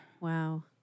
Wow